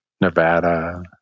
Nevada